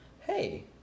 hey